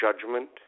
judgment